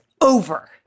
over